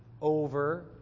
over